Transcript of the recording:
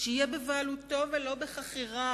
כדי שיהיה בבעלותו ולא בחכירה.